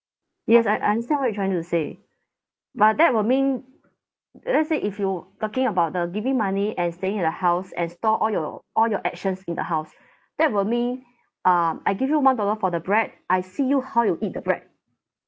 yes I understand what you trying to say but that will mean let's say if you're talking about the giving money and staying in the house and store all your all your actions in the house that will mean um I give you one dollar for the bread I see you how you eat the bread